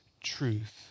truth